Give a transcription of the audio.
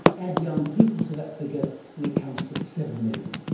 add young people to that figure and it comes to seven million,